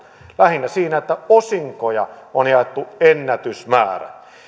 lähinnä siinä että osinkoja on jaettu ennätysmäärä